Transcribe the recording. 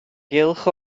gylch